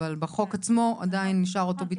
אבל בחוק עצמו עדיין נשאר אותו ביטוי.